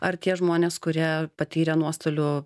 ar tie žmonės kurie patyrė nuostolių